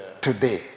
today